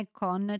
con